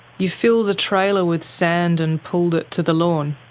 you filled a trailer with sand and pulled it to the lawn?